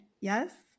Yes